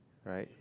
right